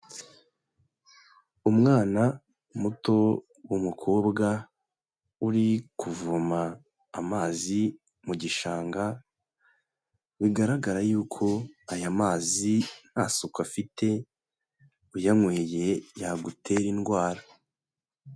Umwana muto w'umukobwa, uri kuvoma amazi mu gishanga, bigaragara yuko aya mazi nta suku afite, uyanyweye yagutera indwara.